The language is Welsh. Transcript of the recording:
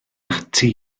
ati